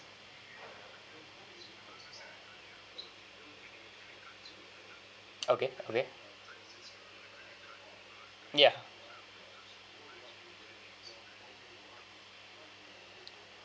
okay okay ya